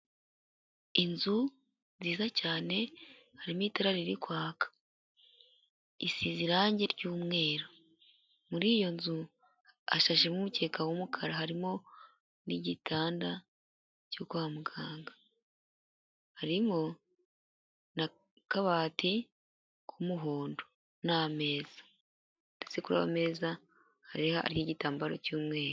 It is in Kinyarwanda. Inzu nziza cyane harimo itara riri kwaka, isize irangi ryumweru. Muri iyo nzu hashashemo umukeka wumukara harimo n'igitanda cyo kwa muganga. Harimo na kabati k'umuhondo n'ameza, ndetse kuri ayo ameza hari igitambaro cyumweru.